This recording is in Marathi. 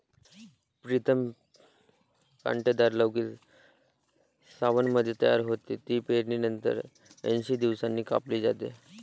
प्रीतम कांटेदार लौकी सावनमध्ये तयार होते, ती पेरणीनंतर ऐंशी दिवसांनी कापली जाते